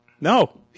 No